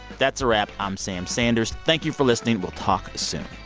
that's a wrap. i'm sam sanders. thank you for listening. we'll talk soon